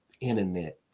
internet